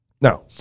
now